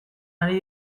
ari